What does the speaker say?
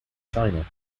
china